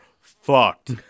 fucked